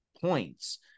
points